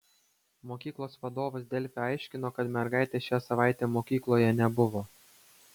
mokyklos vadovas delfi aiškino kad mergaitės šią savaitę mokykloje nebuvo